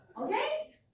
Okay